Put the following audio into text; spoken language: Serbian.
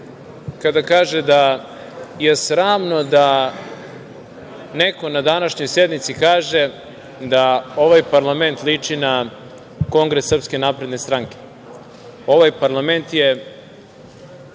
kada kaže da je sramno da neko na današnjoj sednici kaže da ovaj parlament liči na kongres SNS. Ovaj parlament je